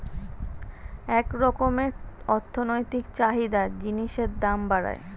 এক রকমের অর্থনৈতিক চাহিদা জিনিসের দাম বাড়ায়